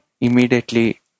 immediately